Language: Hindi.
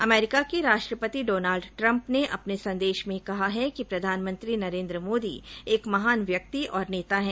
अमरीका के राष्ट्रपति डोनाल्ड ट्रंप ने अपने संदेश में कहा है कि प्रधानमंत्री नरेन्द्र मोदी एक महान व्यक्ति और नेता हैं